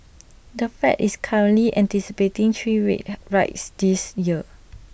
the fed is currently anticipating three rate rides this year